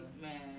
Man